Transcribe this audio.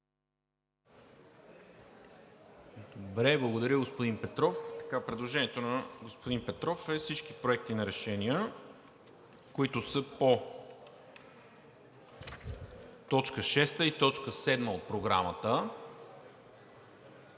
МИНЧЕВ: Благодаря, господин Петров. Предложението на господин Петров е всички проекти на решения, които са по точка шеста и точка седма от Програмата